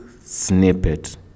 snippet